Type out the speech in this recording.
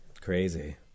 Crazy